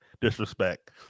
disrespect